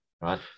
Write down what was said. right